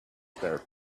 their